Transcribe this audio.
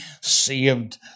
Saved